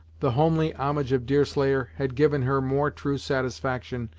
the homely homage of deerslayer had given her more true satisfaction,